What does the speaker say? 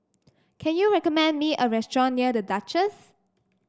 can you recommend me a restaurant near The Duchess